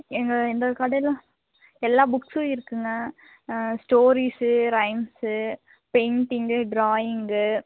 எங்கள் இந்த கடையில் எல்லா புக்ஸும் இருக்குதுங்க ஸ்டோரிஸு ரைம்ஸு பெயிண்ட்டிங்கு டிராயிங்கு